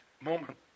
moment